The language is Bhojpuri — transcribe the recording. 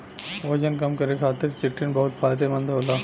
वजन कम करे खातिर चिटिन बहुत फायदेमंद होला